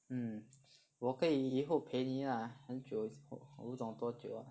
mm 我可以以后陪你 lah 很久我不懂多久 lah